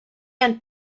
and